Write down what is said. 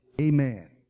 Amen